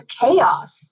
chaos